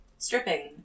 Stripping